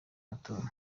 matora